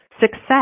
success